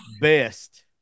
best